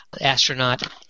astronaut